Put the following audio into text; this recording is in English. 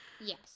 Yes